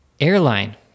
airline